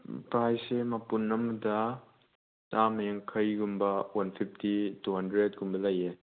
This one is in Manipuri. ꯄꯥꯏꯁꯦ ꯃꯄꯨꯟ ꯑꯃꯗ ꯆꯥꯝꯃ ꯌꯥꯡꯈꯩꯒꯨꯝꯕ ꯋꯥꯟ ꯐꯤꯞꯇꯤ ꯇꯨ ꯍꯟꯗ꯭ꯔꯦꯠꯀꯨꯝꯕ ꯂꯩꯑꯦ